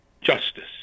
Justice